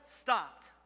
stopped